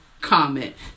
comment